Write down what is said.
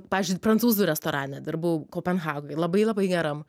pavyzdžiui prancūzų restorane dirbau kopenhagoj labai labai geram